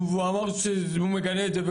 והוא אמר שהוא מגנה את זה.